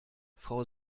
frau